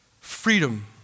Freedom